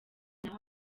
naho